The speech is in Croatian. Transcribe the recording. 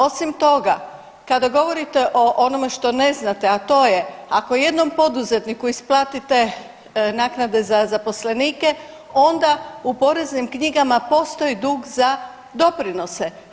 Osim toga kada govorite o onome što ne znate, a to je ako jednom poduzetniku isplatite naknade za zaposlenike onda u poreznim knjigama postoji dug za doprinose.